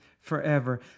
forever